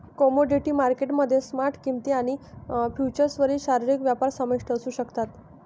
commodity market मध्ये spot किंमती आणि फ्युचर्सवरील शारीरिक व्यापार समाविष्ट असू शकतात